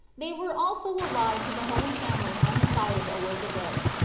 they were also allied to the holy family on the side of eliza beth.